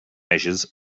measures